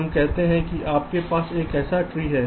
हम कहते हैं कि आपके पास एक ऐसा ट्री है